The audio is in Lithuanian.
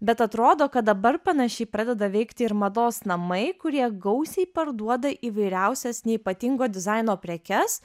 bet atrodo kad dabar panašiai pradeda veikti ir mados namai kurie gausiai parduoda įvairiausias neypatingo dizaino prekes